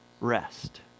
rest